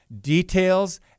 Details